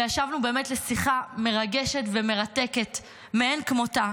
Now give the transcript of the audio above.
וישבנו באמת לשיחה מרגשת ומרתקת מאין כמותה.